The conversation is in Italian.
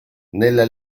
nella